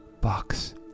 box